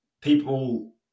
people